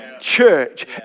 church